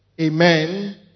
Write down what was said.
Amen